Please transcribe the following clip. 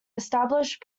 establish